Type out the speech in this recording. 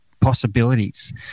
possibilities